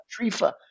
Trifa